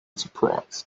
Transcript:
surprised